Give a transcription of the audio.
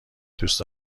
دوست